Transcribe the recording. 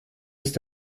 ist